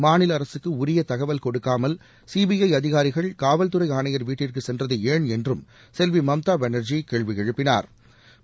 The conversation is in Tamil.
மாநில அரசுக்கு உரிய தகவல் கொடுக்காமல் சிபிஐ அதிகாரிகள் காவல்துறை ஆணையா் வீட்டிற்கு சென்றது ஏன் என்றும் செல்வி மம்தா பானாஜி கேள்வி எழுப்பினாா்